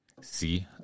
see